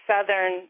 southern